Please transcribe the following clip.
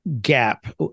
gap